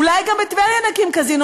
אולי גם בטבריה נקים קזינו?